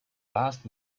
vast